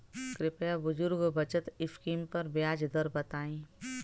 कृपया बुजुर्ग बचत स्किम पर ब्याज दर बताई